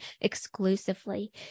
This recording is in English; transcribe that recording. exclusively